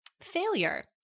failure